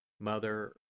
Mother